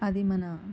అది మన